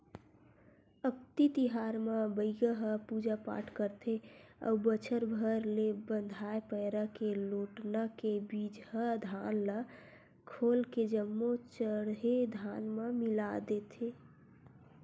अक्ती तिहार म बइगा ह पूजा पाठ करथे अउ बछर भर ले बंधाए पैरा के लोटना के बिजहा धान ल खोल के जम्मो चड़हे धान म मिला देथे